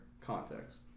context